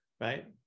right